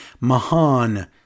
Mahan